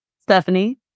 Stephanie